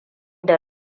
da